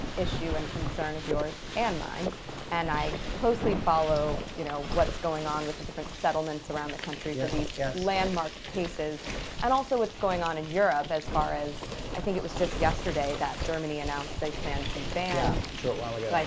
issue and concern of yours and mine and i closely follow you know what's going on with the different settlements around the country for these yeah landmark cases and also what's going on in europe as far as i think it was just yesterday that germany announced they plan to ban. short while ago,